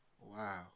Wow